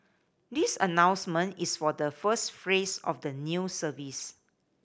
this announcement is for the first phrase of the new service